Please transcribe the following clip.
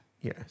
Yes